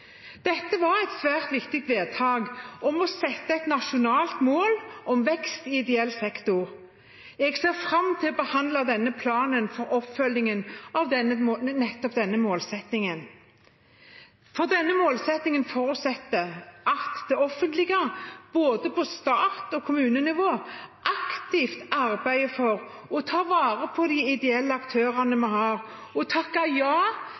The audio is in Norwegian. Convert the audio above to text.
dette. Dette var et svært viktig vedtak om å sette et nasjonalt mål om vekst i ideell sektor. Jeg ser fram til å behandle denne planen for oppfølgingen av nettopp denne målsettingen. For denne målsettingen forutsetter at det offentlige, på både stats- og kommunenivå, aktivt arbeider for å ta vare på de ideelle aktørene vi